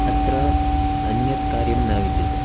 अत्र अन्यत्कार्यं न विद्यते